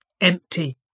empty